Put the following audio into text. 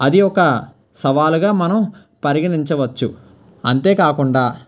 అది ఒక సవాలుగా మనం పరిగణించవచ్చు అంతేకాకుండా